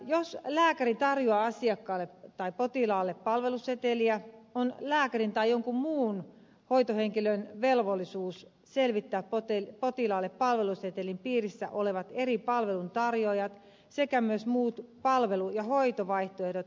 jos lääkäri tarjoaa potilaalle palveluseteliä on lääkärin tai jonkun muun hoitohenkilön velvollisuus selvittää potilaalle palvelusetelin piirissä olevat eri palveluntarjoajat sekä myös muut palvelu ja hoitovaihtoehdot sairauden hoidolle